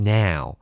now